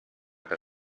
per